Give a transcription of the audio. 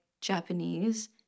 Japanese